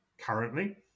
currently